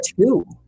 two